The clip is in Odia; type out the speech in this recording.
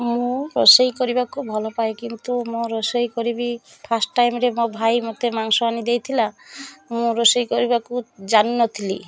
ମୁଁ ରୋଷେଇ କରିବାକୁ ଭଲ ପାଏ କିନ୍ତୁ ମୁଁ ରୋଷେଇ କରିବି ଫାର୍ଷ୍ଟ ଟାଇମ୍ରେ ମୋ ଭାଇ ମୋତେ ମାଂସ ଆଣି ଦେଇଥିଲା ମୁଁ ରୋଷେଇ କରିବାକୁ ଜାଣିନଥିଲି